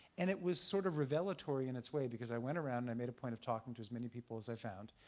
and it was sort of revelatory in its way because i went around and i made a point of talking to as many people as i found.